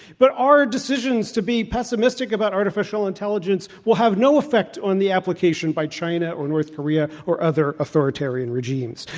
but our decisions to be pessimistic about artificial intelligence will have no effect on the application by china or north korea, or other authoritarian regimes.